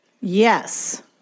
yes